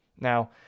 Now